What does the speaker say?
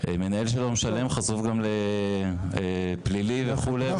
מנהל שלא משלם חשוף גם להיבט פלילי וכולי.